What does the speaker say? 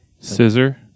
Scissor